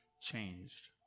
changed